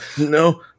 No